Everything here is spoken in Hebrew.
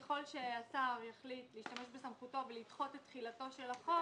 ככל שהשר יחליט להשתמש בסמכותו ולדחות את תחילתו של החוק,